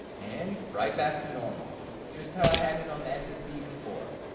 and right back to normal just how i had it on the ssd before.